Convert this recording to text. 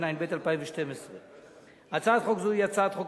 התשע"ב 2012. הצעת חוק זו היא הצעת חוק